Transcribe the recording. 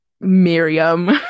Miriam